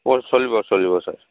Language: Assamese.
চলিব চলিব ছাৰ